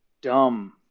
dumb